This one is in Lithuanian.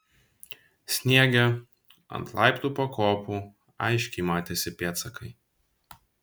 sniege ant laiptų pakopų aiškiai matėsi pėdsakai